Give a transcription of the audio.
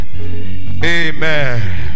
amen